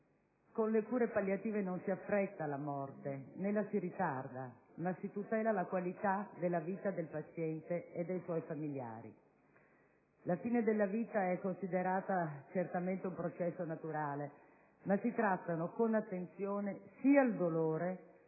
Con le cure palliative non si affretta la morte, né la si ritarda, ma si tutela la qualità della vita del paziente e dei suoi familiari. La fine della vita è considerata certamente un processo naturale, ma si trattano con attenzione sia il dolore,